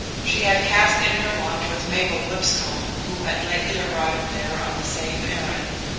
she had cast in her lot with mabel lipscomb, who had lately arrived there on the same errand.